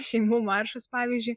šeimų maršus pavyzdžiui